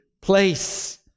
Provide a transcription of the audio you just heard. place